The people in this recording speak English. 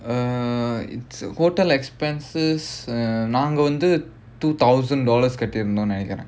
uh it's uh hotel expenses uh நாங்க வந்து:naanga vandhu two thousand dollars கட்டிருந்தோம்னு நினைக்கிறேன்:kattirunthomnu ninaikkiraen